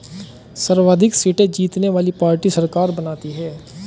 सर्वाधिक सीटें जीतने वाली पार्टी सरकार बनाती है